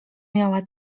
miała